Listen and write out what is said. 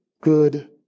good